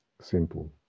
Simple